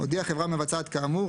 הודיעה חברה מבצעת כאמור,